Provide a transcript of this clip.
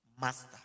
master